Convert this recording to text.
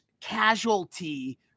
casualty